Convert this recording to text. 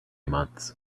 months